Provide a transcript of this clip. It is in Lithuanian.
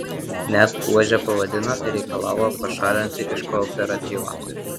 net buože pavadino ir reikalavo pašalinti iš kooperatyvo